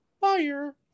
fire